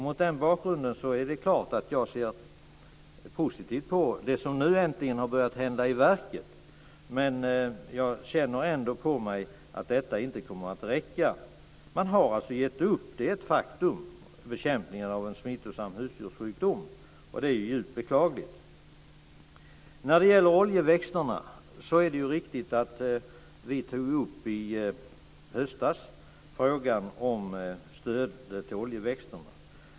Mot den bakgrunden är det klart att jag ser positivt på det som nu äntligen har börjat hända i verket, men jag känner ändå på mig att det inte kommer att räcka. Man har alltså gett upp bekämpningen av en smittsam husdjurssjukdom. Det är ett faktum, och det är djupt beklagligt. Det är riktigt att vi i höstas tog upp frågan om stöd till oljeväxterna.